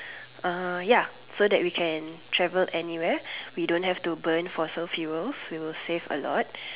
uh ya so that we can travel anywhere we don't have to burn fossil fuels we will save a lot